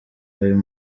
ayo